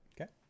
Okay